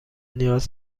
نیاز